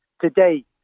today